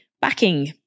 backing